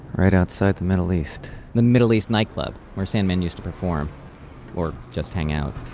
right outside the middle east. the middle east nightclub where sandman used to perform or just hangout.